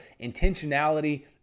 intentionality